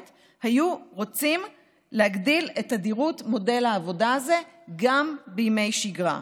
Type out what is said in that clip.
היו רוצים להגדיל את תדירות מודל העבודה הזה גם בימי שגרה.